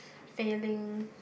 failing